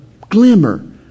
glimmer